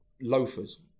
loafers